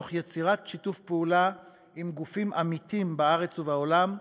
תוך יצירת שיתוף פעולה עם גופים עמיתים בארץ ובעולם,